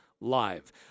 live